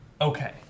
okay